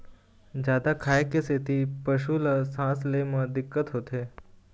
जादा खाए के सेती पशु ल सांस ले म दिक्कत होथे